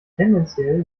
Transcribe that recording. tendenziell